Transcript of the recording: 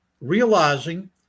realizing